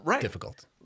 difficult